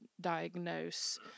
diagnose